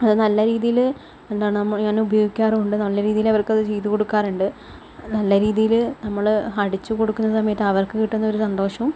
അത് നല്ല രീതിയിൽ എന്താണ് നമ്മള് ഞാൻ ഉപയോഗിക്കാറും ഉണ്ട് നല്ല രീതിയില് അവർക്ക് അത് ചെയ്തു കൊടുക്കാറുണ്ട് നല്ല രീതിയില് നമ്മള് അടിച്ചു കൊടുക്കുന്ന സമയത്ത് അവർക്ക് കിട്ടുന്ന ഒരു സന്തോഷവും